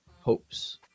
hopes